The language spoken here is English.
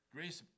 Grace